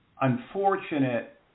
unfortunate